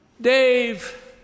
Dave